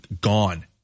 gone